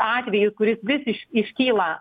atveju kuris vis iškyla